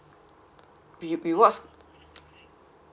re~ rewards